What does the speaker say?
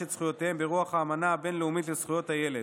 את זכויותיהם ברוח האמנה הבין-לאומית לזכויות הילד,